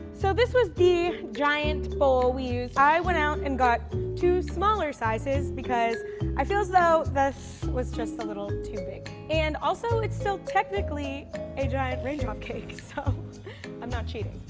so this was the giant bowl we used. i went out and got two smaller sizes because i feel as though this was just a little too big and also it's still technically a giant rain drop cake so i'm not cheating.